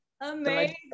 amazing